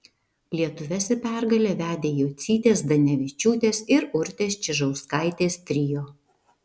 lietuves į pergalę vedė jocytės zdanevičiūtės ir urtės čižauskaitės trio